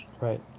Right